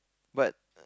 but